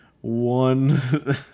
one